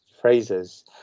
phrases